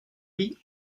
vie